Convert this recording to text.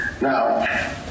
now